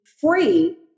free